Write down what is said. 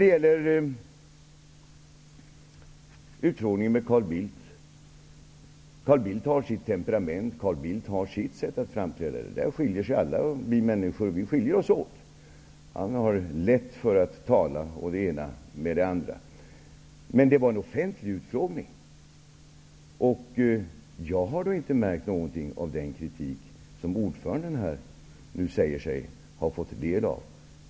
Till utfrågningen med Carl Bildt. Carl Bildt har sitt temperament, han har sitt sätt att framträda. Där skiljer alla vi människor oss åt. Han har lätt för att tala och det ena med det andra. Men det var en offentlig utfrågning. Jag har då inte märkt något av den kritik som ordföranden nu säger sig ha fått del av.